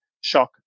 shock